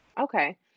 okay